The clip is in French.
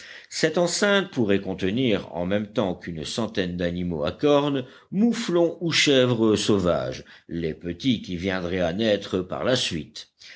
cette enceinte pourrait contenir en même temps qu'une centaine d'animaux à cornes mouflons ou chèvres sauvages les petits qui viendraient à naître par la suite